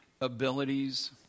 abilities